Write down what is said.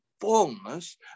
fullness